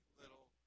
little